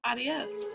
Adios